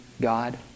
God